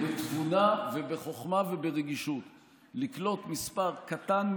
בתבונה ובחוכמה וברגישות: לקלוט מספר קטן מאוד,